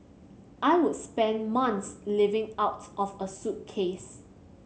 I would spend months living out of a suitcase